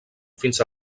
fins